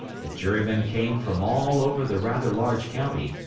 the jurymen came from all over the rather large county,